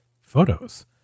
photos